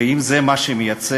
ואם זה מה שהוא מייצג,